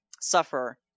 suffer